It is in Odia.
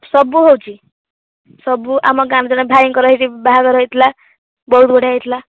ସବୁ ହେଉଛି ସବୁ ଆମ ଗାଁରେ ଜଣେ ଭାଇଙ୍କର ଏହି ବାହାଘର ହୋଇଥିଲା ବହୁତ ବଢ଼ିଆ ହୋଇଥିଲା